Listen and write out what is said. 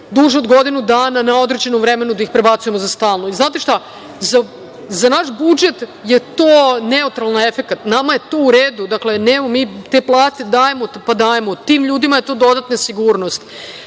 duže od godinu dana na određeno vremenu da ih prebacujemo za stalno. I, znate šta, za naš budžet je to neutralan efekat, nama je to u redu, dakle, nemamo mi te plate, dajemo, pa dajemo, tim ljudima je to dodatna sigurnost.